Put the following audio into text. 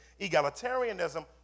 Egalitarianism